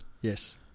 Yes